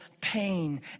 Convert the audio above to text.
pain